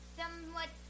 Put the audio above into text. somewhat